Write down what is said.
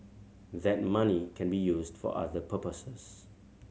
that money can be used for other purposes